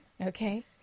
Okay